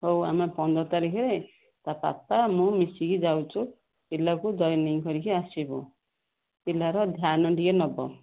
ହଉ ଆମେ ପନ୍ଦର ତାରିଖରେ ତା ପାପା ମୁଁ ମିଶିକି ଯାଉଛୁ ପିଲାକୁ ଜଏନିଙ୍ଗ୍ କରିକି ଆସିବୁ ପିଲାର ଧ୍ୟାନ ଟିକେ ନବ